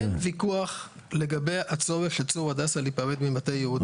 אין ויכוח לגבי הצורך של צור הדסה להיפרד ממטה יהודה.